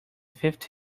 fifth